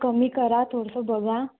कमी करा थोडंसं बघा